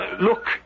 Look